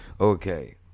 okay